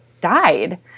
died